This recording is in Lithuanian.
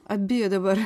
abi dabar